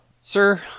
Sir